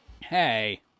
Hey